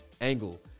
angle